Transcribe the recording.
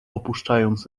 opuszczając